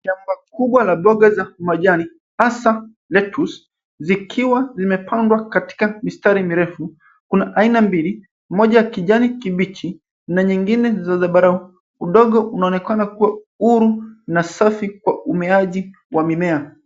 Samba kubwa la mboga za majani hasaa lettuce zikiwa zimepandwa katika mistari mirefu. Kuna aina mbili, moja ya kijani kibichi na nyingine za zambarau. Udongo unaonekana kuwa huru na safi kwa umeaji wa mimea.